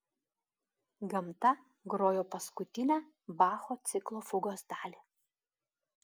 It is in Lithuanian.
gamta grojo paskutinę bacho ciklo fugos dalį